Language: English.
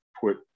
put